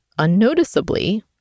unnoticeably